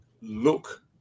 look